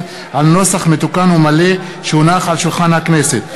על נוסח מתוקן ומלא שהונח על שולחן הכנסת.